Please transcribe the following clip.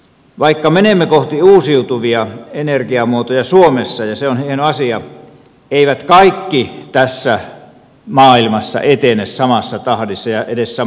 vaikka menemme kohti uusiutuvia energiamuotoja suomessa ja se on hieno asia eivät kaikki tässä maailmassa etene samassa tahdissa ja edes samaan suuntaan